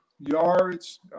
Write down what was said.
yards